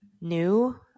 new